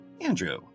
Andrew